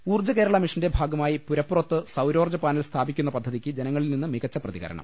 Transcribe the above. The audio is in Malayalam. ഊർജ്ജകേരള മിഷന്റെ ഭാഗമായി പുരപ്പുറത്ത് സൌരോർജ്ജ പാനൽ സ്ഥാപിക്കുന്ന പദ്ധതിക്ക് ജനങ്ങളിൽ നിന്ന് മികച്ച പ്രതി കരണം